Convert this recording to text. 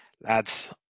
Lads